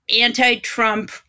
anti-Trump